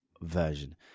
version